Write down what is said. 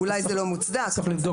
צריך לבדוק את זה.